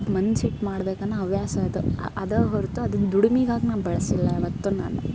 ಮನ್ಸಿಟ್ಟು ಮಾಡ್ಬೇಕು ನನ್ನ ಹವ್ಯಾಸ ಅದು ಅದು ಹೊರತು ಅದನ್ನ ದುಡಿಮಿಗಾಗಿ ನಾನು ಬಳಸಿಲ್ಲ ಯಾವತ್ತು ನಾನು